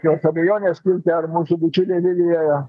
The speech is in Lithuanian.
kiek abejonės kilti ar mūsų bičiulė vilija